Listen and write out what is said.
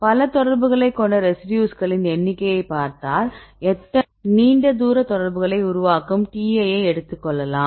பல தொடர்புகளைக் கொண்ட ரெசிடியூஸ்களின் எண்ணிக்கையை பார்த்தால் எத்தனை நீண்ட தூர தொடர்புகளை உருவாக்கும் T1 ஐ எடுத்துக் கொள்ளலாம்